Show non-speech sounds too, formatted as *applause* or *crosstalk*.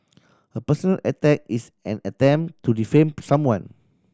a personal attack is an attempt to defame *unintelligible* someone